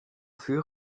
fut